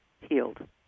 Healed